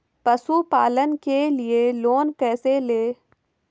पशुपालन के लिए लोन कैसे लें?